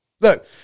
Look